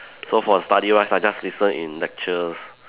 so for study wise I just listen in lectures